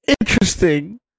Interesting